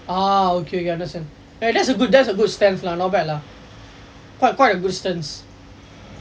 ah okay understand ah that's a good that's a good stance lah not bad lah quite quite a good stance